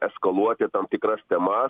eskaluoti tam tikras temas